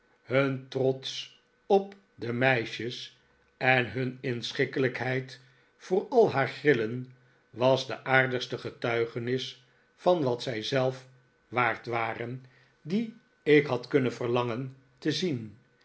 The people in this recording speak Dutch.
hun trots op de meisjes en hun inschikkelijkheid voor al haar grill en was de aardigste getuigenis van wat zij zelf waard waren die ik had kunnen verlangen te zien